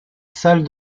salle